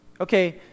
Okay